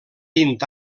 vint